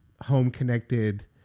home-connected